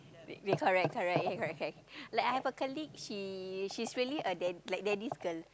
correct correct ya correct correct like I have a colleague she she's really a dad~ like daddy's girl